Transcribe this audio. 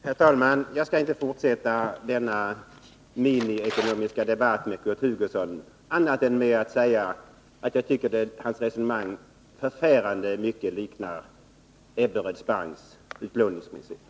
Herr talman! Jag skall inte fortsätta denna miniekonomiska debatt med Kurt Hugosson annat än genom att säga, att jag tycker att hans resonemang förfärande mycket liknar Ebberöds banks utlåningspolitik.